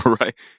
right